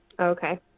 okay